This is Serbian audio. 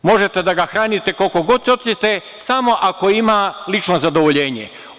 Možete da ga hranite koliko god hoćete, samo ako ima lično zadovoljenje.